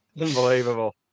Unbelievable